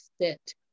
sit